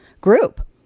group